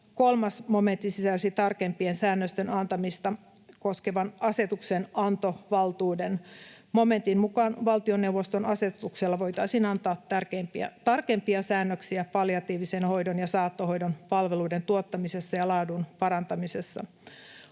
3 momentti sisälsi tarkempien säännösten antamista koskevan asetuksenantovaltuuden. Momentin mukaan valtioneuvoston asetuksella voitaisiin antaa tarkempia säännöksiä palliatiivisen hoidon ja saattohoidon palveluiden tuottamisessa ja laadun parantamisessa.